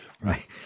Right